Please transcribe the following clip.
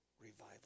revival